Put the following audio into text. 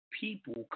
people